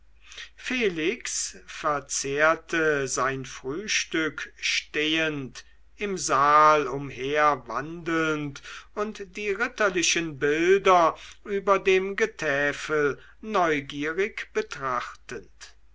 felix verzehrte sein frühstück stehend im saal umherwandelnd und die ritterlichen bilder über dem getäfel neugierig betrachtend